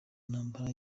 ntambara